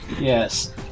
Yes